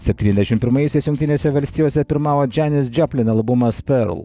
septyniasdešimt pirmaisiais jungtinėse valstijose pirmavo džianis džoplin albumas perl